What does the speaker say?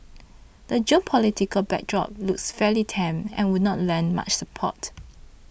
the geopolitical backdrop looks fairly tame and would not lend much support